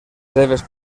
seves